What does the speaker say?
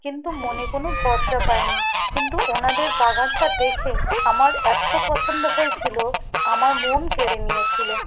কিন্তু মনে কোনো ভরসা পাই নি কিন্তু ওনাদের বাগানটা দেখেই আমার এত্ত পছন্দ হয়েছিলো আমার মন কেড়ে নিয়েছিলো